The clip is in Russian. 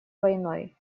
войной